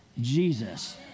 Jesus